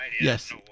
Yes